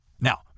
Now